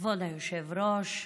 כבוד היושב-ראש,